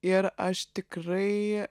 ir aš tikrai